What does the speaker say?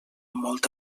molt